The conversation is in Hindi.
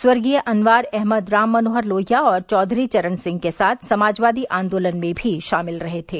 स्वर्गीय अनवार अहमद राम मनोहर लोहिया और चौधरी चरण सिंह के साथ समाजवादी आन्दोलन में भी शामिल रहे थे